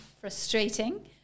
frustrating –